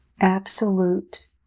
absolute